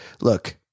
look